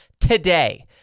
today